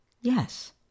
yes